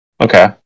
Okay